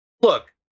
Look